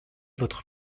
votre